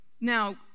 now